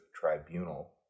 tribunal